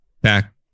back